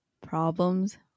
problems